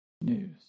news